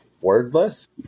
wordless